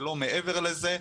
ולא מעבר לזה.